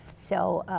so